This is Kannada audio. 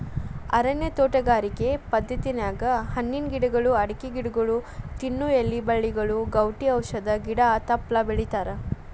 ಅರಣ್ಯ ತೋಟಗಾರಿಕೆ ಪದ್ಧತ್ಯಾಗ ಹಣ್ಣಿನ ಗಿಡಗಳು, ಅಡಕಿ ಗಿಡಗೊಳ, ತಿನ್ನು ಎಲಿ ಬಳ್ಳಿಗಳು, ಗೌಟಿ ಔಷಧ ಗಿಡ ತಪ್ಪಲ ಬೆಳಿತಾರಾ